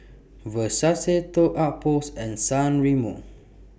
Versace Toy Outpost and San Remo